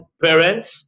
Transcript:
parents